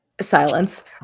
Silence